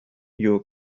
your